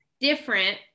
different